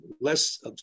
less